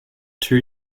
two